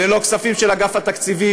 אלה לא כספים של אגף התקציבים,